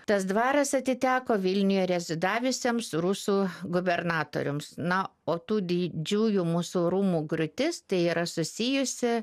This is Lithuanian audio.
tas dvaras atiteko vilniuje rezidavusiems rusų gubernatoriams na o tų didžiųjų mūsų rūmų griūtis tai yra susijusi